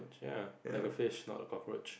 ya like a fish not a cockroach